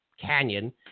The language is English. Canyon